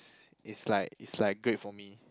it's it's like it's like great for me